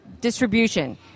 distribution